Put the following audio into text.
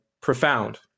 profound